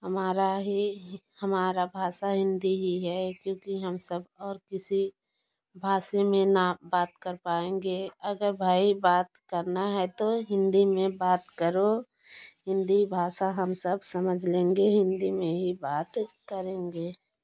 हमारा ही हमारा भाषा हिंदी ही है क्योंकि हम सब और किसी भाषा में ना बात कर पाएंगे अगर भाई बात करना है तो हिंदी में बात करो हिंदी भाषा हम सब समझ लेंगे हिंदी में ही बात करेंगे